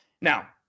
now